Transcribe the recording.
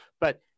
But-